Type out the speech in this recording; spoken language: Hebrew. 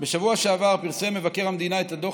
בשבוע שעבר פרסם מבקר המדינה את הדוח